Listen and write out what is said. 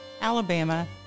Alabama